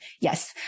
yes